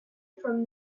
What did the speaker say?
from